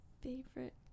Favorite